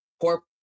poor